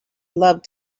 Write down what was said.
loved